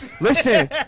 Listen